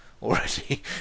Already